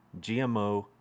GMO